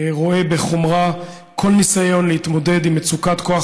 רואה בחומרה כל ניסיון להתמודד עם מצוקת כוח